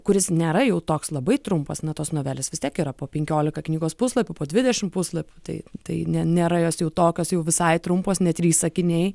kuris nėra jau toks labai trumpas na tos novelės vis tiek yra po penkiolika knygos puslapių po dvidešimt puslapių tai tai ne nėra jos jau tokios jau visai trumpos ne trys sakiniai